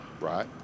right